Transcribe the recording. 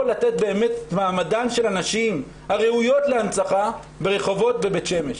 או לתת באמת כבוד למעמד הנשים הראויות להנצחה ברחובות בבית שמש?